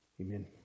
amen